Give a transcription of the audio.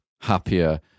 happier